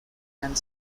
and